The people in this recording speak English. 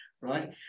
right